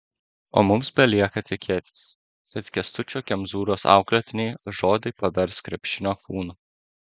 o mums belieka tikėtis kad kęstučio kemzūros auklėtiniai žodį pavers krepšinio kūnu